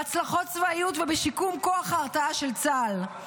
בהצלחות צבאיות ובשיקום כוח ההרתעה של צה"ל.